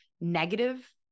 negative